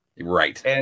Right